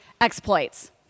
exploits